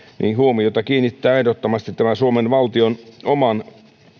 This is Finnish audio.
huomiota kiinnittää ehdottomasti tämä suomen valtion oman